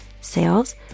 sales